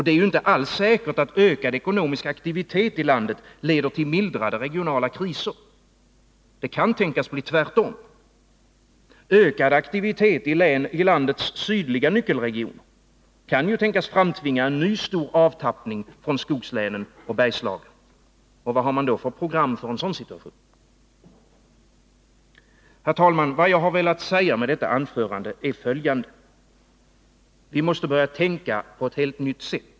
Det är ju inte alls säkert att ökad ekonomisk aktivitet i landet leder till mildrade regionala kriser. Det kan tänkas bli tvärtom. Ökad aktivitet i landets sydliga nyckelregioner kan ju tänkas framtvinga en ny stor avtappning från skogslänen och Bergslagen — och vad har man för program för en sådan situation? Herr talman! Vad jag har velat säga med detta anförande är följande: Vi måste börja tänka på ett helt nytt sätt.